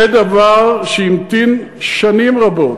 זה דבר שהמתין שנים רבות,